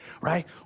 right